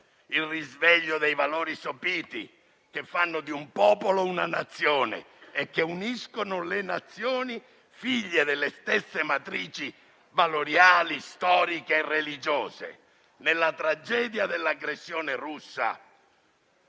il risveglio dei valori sopiti che fanno di un popolo una Nazione e che uniscono le Nazioni figlie delle stesse matrici valoriali, storiche e religiose. Credo che questa